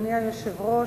אדוני היושב-ראש,